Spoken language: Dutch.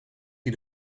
die